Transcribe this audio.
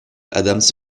adams